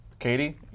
Katie